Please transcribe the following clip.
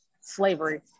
slavery